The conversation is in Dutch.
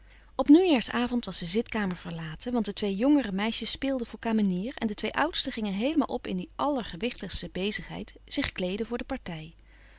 op nieuwjaarsavond was de zitkamer verlaten want de twee jongere meisjes speelden voor kamenier en de twee oudsten gingen heelemaal op in die allergewichtigste bezigheid zich kleeden voor de partij